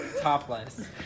topless